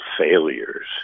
failures